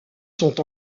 sont